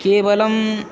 केवलम्